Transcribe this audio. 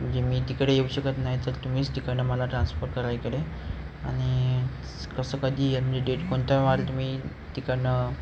म्हणजे मी तिकडे येऊ शकत नाही तर तुम्हीच तिकडून मला ट्रान्सफर करा इकडे आणि कसं कधी म्हणजे डेट कोणता वार तुम्ही तिकडून